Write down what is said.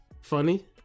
funny